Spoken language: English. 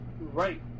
right